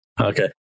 Okay